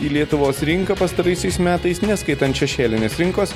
į lietuvos rinką pastaraisiais metais neskaitant šešėlinės rinkos